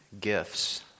gifts